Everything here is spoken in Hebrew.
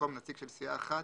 במקום נציג של סיעה אחת,